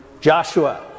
Joshua